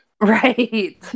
Right